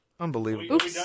Unbelievable